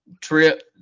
Trip